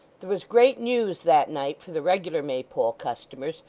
there was great news that night for the regular maypole customers,